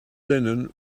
linen